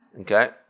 Okay